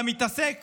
אתה מתעסק